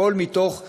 הכול מתוך כוונה,